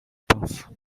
pinces